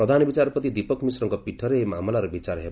ପ୍ରଧାନ ବିଚାରପତି ଦୀପକ ମିଶ୍ରଙ୍କ ପୀଠରେ ଏହି ମାମଲାର ବିଚାର ହେବ